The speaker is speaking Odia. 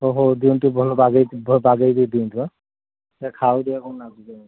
ହଉ ହଉ ଦିଅନ୍ତୁ ଟିକେ ଭଲ ବାଗେଇକି ଟିକେ ଭ ବାଗେଇକି ଟିକେ ଦିଅନ୍ତୁ ଆଁ ଖାଉଁ ଦେଖିବା କ'ଣ ଲାଗୁଛି